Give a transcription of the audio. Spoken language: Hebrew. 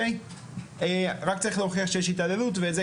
רק צריך להוכיח שיש התעללות ואת זה